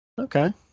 Okay